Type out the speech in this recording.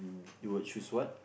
you would choose what